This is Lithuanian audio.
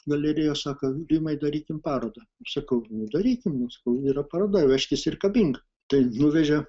galerijos sako rimai darykim parodą sakau nu darykim nu sakau yra parodoj vežkis ir kabink tai nuvežė